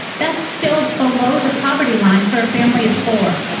that's still below the poverty line for a family of four.